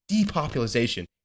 depopulization